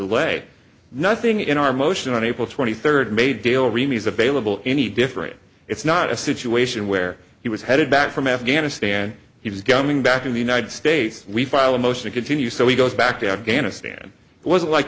y nothing in our motion on april twenty third made deal remains available any different it's not a situation where he was headed back from afghanistan he was going back to the united states we file a motion to continue so he goes back to afghanistan wasn't like